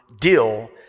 deal